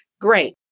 great